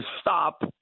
stop